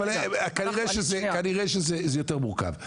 אבל כנראה שזה יותר מורכב.